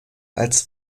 als